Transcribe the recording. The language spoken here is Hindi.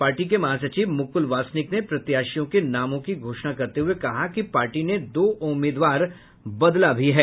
पार्टी के महासचिव मुकुल वासनिक ने प्रत्याशियों के नामों की घोषणा करते हुए कहा कि पार्टी ने दो उम्मीदवार बदल दिया है